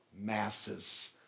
masses